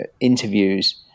interviews